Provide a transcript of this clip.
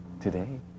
today